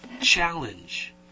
challenge